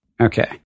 Okay